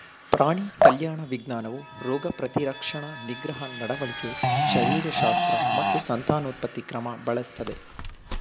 ಪ್ರಾಣಿ ಕಲ್ಯಾಣ ವಿಜ್ಞಾನವು ರೋಗ ಪ್ರತಿರಕ್ಷಣಾ ನಿಗ್ರಹ ನಡವಳಿಕೆ ಶರೀರಶಾಸ್ತ್ರ ಮತ್ತು ಸಂತಾನೋತ್ಪತ್ತಿ ಕ್ರಮ ಬಳಸ್ತದೆ